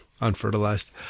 Unfertilized